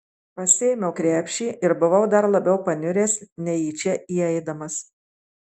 pasiėmiau krepšį ir buvau dar labiau paniuręs nei į čia įeidamas